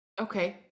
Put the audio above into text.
okay